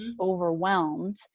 overwhelmed